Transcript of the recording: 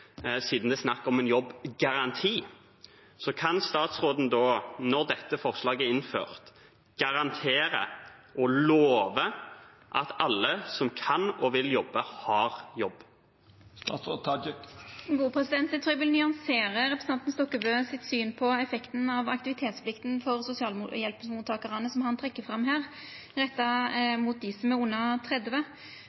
det er snakk om jobbgaranti. Kan statsråden da, når dette forslaget er innført, garantere og love at alle som kan og vil jobbe, har jobb? Eg trur eg vil nyansera representanten Stokkebø sitt syn på effekten av aktivitetsplikta for mottakarane av sosialhjelp, som han trekkjer fram her,